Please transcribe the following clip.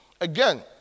Again